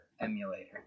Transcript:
emulator